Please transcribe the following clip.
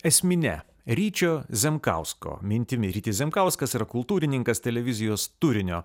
esmine ryčio zemkausko mintimi rytis zemkauskas yra kultūrininkas televizijos turinio